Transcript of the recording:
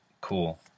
Cool